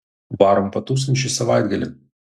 varom patūsint šį savaitgalį